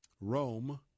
Rome